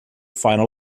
final